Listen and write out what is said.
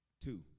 Two